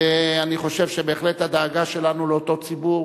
ואני חושב שבהחלט הדאגה שלנו לאותו ציבור,